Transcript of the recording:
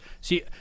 See